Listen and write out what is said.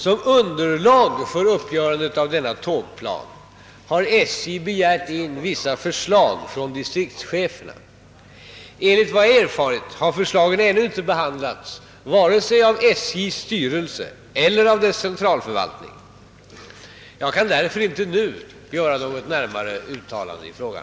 Som underlag för uppgörandet av denna tågplan har SJ begärt in vissa förslag från distriktscheferna. Enligt vad jag erfarit har förslagen ännu inte behandlats vare sig av SJ:s styrelse eller av dess centralförvaltning. Jag kan därför inte nu göra något närmare uttalande i frågan.